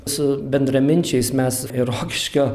su bendraminčiais mes ir rokiškio